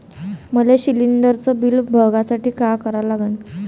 मले शिलिंडरचं बिल बघसाठी का करा लागन?